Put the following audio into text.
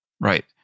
Right